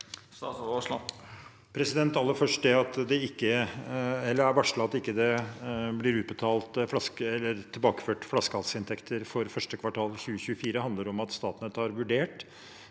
at det er varslet at det ikke blir tilbakeført flaskehalsinntekter for første kvartal 2024, handler om at Statnett har vurdert